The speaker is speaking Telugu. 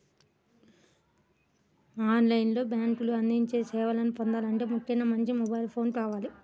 ఆన్ లైన్ లో బ్యేంకులు అందించే సేవలను పొందాలంటే ముఖ్యంగా మంచి మొబైల్ ఫోన్ కావాలి